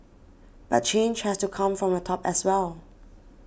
but change has to come from the top as well